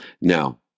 Now